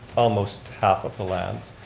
almost half of the lands.